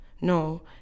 no